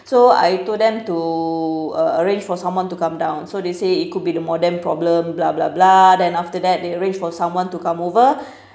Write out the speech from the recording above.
so I told them to uh arrange for someone to come down so they say it could be the modem problem blah blah blah then after that they arrange for someone to come over